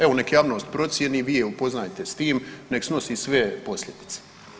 Evo nek javnost procijeni, vi je upoznajte s tim, nek snosi sve posljedice.